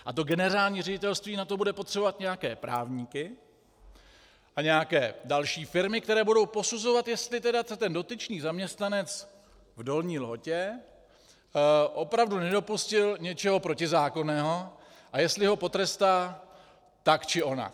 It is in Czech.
A to generální ředitelství na to bude potřebovat nějaké právníky a nějaké další firmy, které budou posuzovat, jestli ten dotyčný zaměstnanec v Dolní Lhotě se opravdu nedopustil něčeho protizákonného a jestli ho potrestá tak či onak.